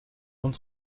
uns